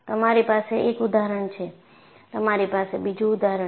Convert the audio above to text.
તમારી પાસે એક ઉદાહરણ છે તમારી પાસે બીજું ઉદાહરણ છે